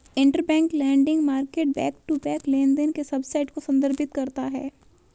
interbank lending market back to back लेनदेन के subset को संदर्भित करता है